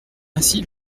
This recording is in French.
ainsi